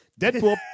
Deadpool